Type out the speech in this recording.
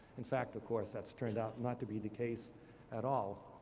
in fact, of course, that's turned out not to be the case at all.